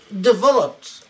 developed